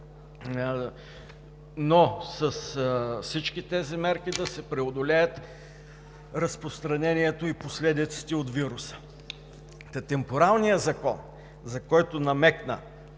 но с всички тези мерки да се преодолеят разпространението и последиците от вируса! Темпоралният закон, за който намекна